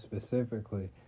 specifically